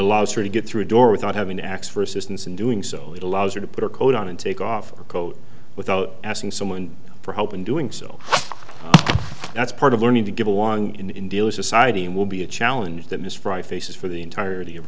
allows her to get through a door without having to x for assistance in doing so it allows you to put a coat on and take off her coat without asking someone for help in doing so that's part of learning to get along in india society will be a challenge that ms fry faces for the entirety of